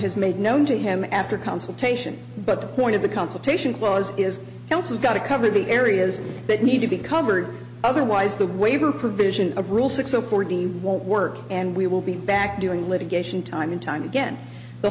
has made known to him after consultation but the point of the consultation clause is now it's got to cover the areas that need to be covered otherwise the waiver provision of rule six zero fourteen won't work and we will be back doing litigation time and time again the